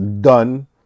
done